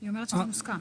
היא אומרת שזה מוסכם.